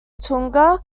tonga